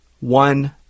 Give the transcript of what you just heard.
one